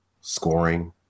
scoring